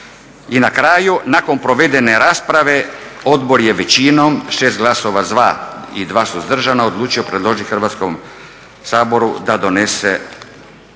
I na kraju, nakon provedene rasprave odbor je većinom, 6 glasova za i 2 suzdržana odlučio predložiti Hrvatskom saboru da donese